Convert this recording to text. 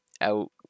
Out